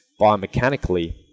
biomechanically